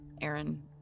Aaron